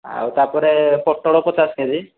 ଆଉ ତା'ପରେ ପୋଟଳ ପଚାଶ କେ ଜି